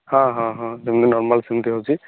ହଁ ହଁ ହଁ ଯେମିତି ନର୍ମାଲ୍ ସେମିତି ହେଉଛି